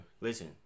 Listen